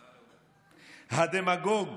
"הדמגוג"